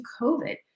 COVID